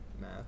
math